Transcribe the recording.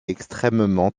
extrêmement